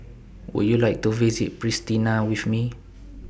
Would YOU like to visit Pristina with Me